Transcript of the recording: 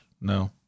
no